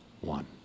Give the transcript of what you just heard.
one